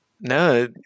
No